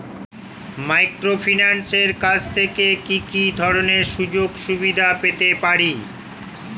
মাইক্রোফিন্যান্সের কাছ থেকে কি কি ধরনের সুযোগসুবিধা পেতে পারি?